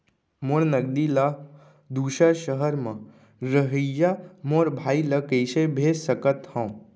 मोर नगदी ला दूसर सहर म रहइया मोर भाई ला कइसे भेज सकत हव?